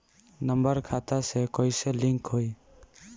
Number खाता से कईसे लिंक होई?